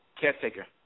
caretaker